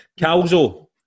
Calzo